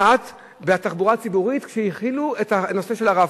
אחת בתחבורה הציבורית כשהחילו את הנושא של ה"רב-קו".